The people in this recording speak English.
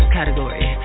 Category